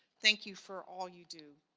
thank you for all you do.